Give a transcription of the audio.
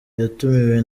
yatumiwe